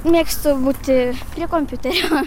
mėgstu būti prie kompiuterio